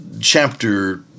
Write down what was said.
chapter